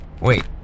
Wait